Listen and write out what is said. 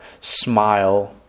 smile